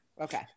okay